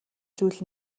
зүйл